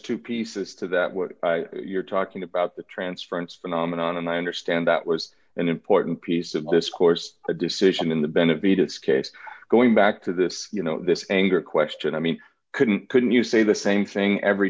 two pieces to that what you're talking about the transference phenomenon and i understand that was an important piece of this course a decision in the benevides case going back to this you know this anger question i mean couldn't couldn't you say the same thing every